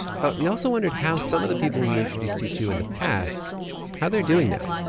but we also wondered how some of the people we introduced you to in the past how they're doing now.